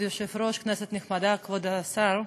כבוד היושב-ראש, כנסת נכבדה, כבוד השר,